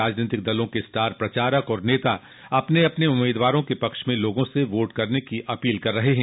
राजनीतिक दलों के स्टार प्रचारक और नेता अपने अपने उम्मीदवारों के पक्ष में लोगों से वोट करने की अपील कर रहे हैं